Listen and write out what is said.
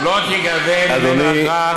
לא תיגבה ממנו אגרה,